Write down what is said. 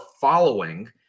following